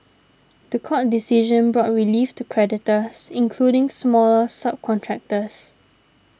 the court decision brought relief to creditors including smaller subcontractors